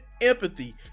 empathy